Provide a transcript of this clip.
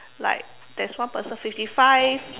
like there's one person fifty five